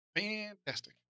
Fantastic